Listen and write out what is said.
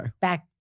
Back